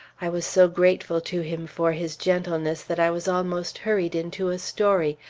i was so grateful to him for his gentleness that i was almost hurried into a story.